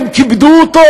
הם כיבדו אותו?